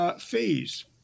fees